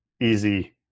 easy